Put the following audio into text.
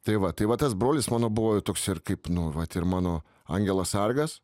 tai va tai va tas brolis mano buvo toks ir kaip nu vat ir mano angelas sargas